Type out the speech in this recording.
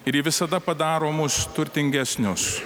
ir ji visada padaro mus turtingesnius